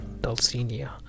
Dulcinea